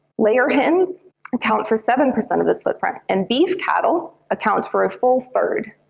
layer hens account for seven percent of this footprint, and beef cattle account for a full third.